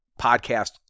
podcast